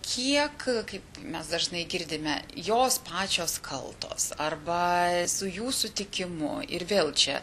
kiek kaip mes dažnai girdime jos pačios kaltos arba su jų sutikimu ir vėl čia